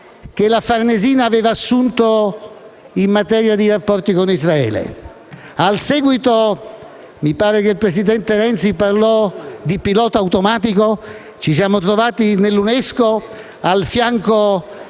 che la Farnesina aveva assunto in materia di rapporti con Israele. In seguito (mi pare che il presidente Renzi abbia parlato di pilota automatico) ci siamo trovati nell'UNESCO al fianco